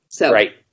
Right